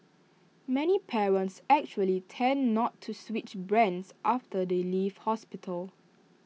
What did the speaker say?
many parents actually tend not to switch brands after they leave hospital